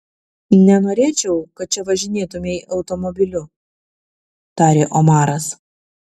nenorėčiau kad čia važinėtumei automobiliu tarė omaras